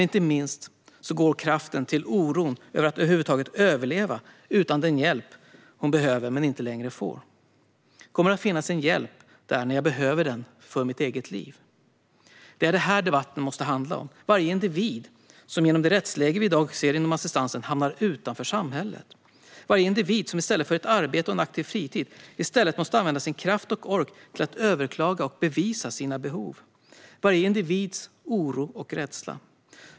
Inte minst går kraften till oron över att över huvud taget överleva utan den hjälp som hon behöver men inte längre får. Kommer det att finnas en hjälp där när jag behöver den för mitt eget liv? Det är detta debatten måste handla om. Den måste handla om varje individ som genom det rättsläge vi i dag ser inom assistansen hamnar utanför samhället och om varje individ som i stället för att använda sin kraft och ork till ett arbete och en aktiv fritid måste använda den till att överklaga och bevisa sina behov. Debatten måste handla om varje individs oro och rädsla.